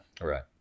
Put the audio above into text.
Right